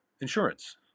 insurance